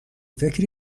فکر